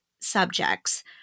subjects